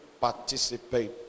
participate